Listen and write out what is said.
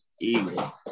evil